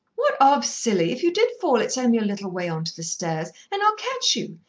what of, silly? if you did fall it's only a little way on to the stairs, and i'll catch you.